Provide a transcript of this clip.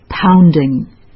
pounding